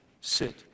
sit